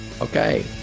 Okay